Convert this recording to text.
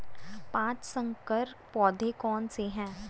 पाँच संकर पौधे कौन से हैं?